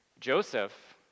Joseph